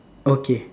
okay